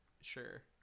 sure